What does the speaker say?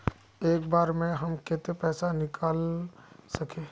एक बार में हम केते पैसा निकल सके?